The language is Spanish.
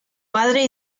padre